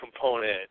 component